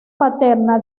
paterna